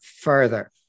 further